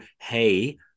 hey